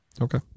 okay